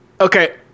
Okay